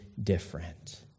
different